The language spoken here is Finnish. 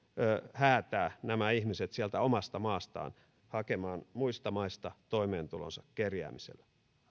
häätää nämä ihmiset sieltä omasta maastaan hakemaan muista maista toimeentulonsa kerjäämisellä